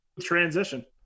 transition